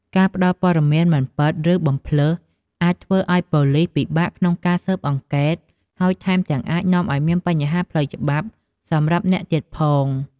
ការផ្ដល់ព័ត៌មានមិនពិត ឬបំភ្លើស អាចធ្វើឲ្យប៉ូលីសពិបាកក្នុងការស៊ើបអង្កេត ហើយថែមទាំងអាចនាំឲ្យមានបញ្ហាផ្លូវច្បាប់សម្រាប់អ្នកទៀតផង។